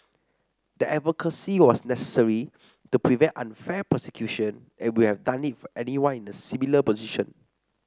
the advocacy was necessary to prevent unfair persecution and we have done it for anyone in a similar position